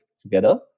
together